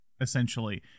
essentially